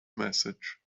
message